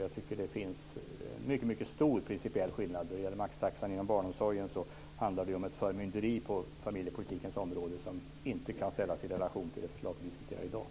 Jag tycker att det är en mycket stor principiell skillnad. Maxtaxan inom barnomsorgen är ett förmynderi på familjepolitikens område som inte kan ställas i relation till det förslag som vi diskuterar i dag.